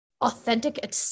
Authentic